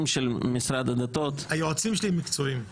של משרד הדתות --- היועצים שלי הם מקצועיים.